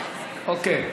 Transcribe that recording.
אוקיי.